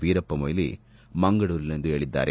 ವೀರಪ್ಪ ಮೊಯಿಲಿ ಮಂಗಳೂರಿನಲ್ಲಿಂದು ಹೇಳಿದ್ದಾರೆ